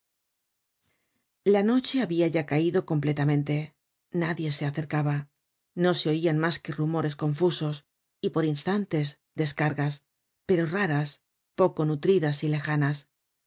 la noche habia ya caido completamente nadie se acercaba no se oian mas que rumores confusos y por instantes descargas pero raras poco nutridas y lejanas